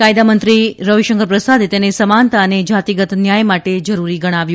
કાયદામંત્રી રવિશંકર પ્રસાદે તેને સમાનતા અને જાતિગત ન્યાય માટે જરૂરી ગણાવ્યું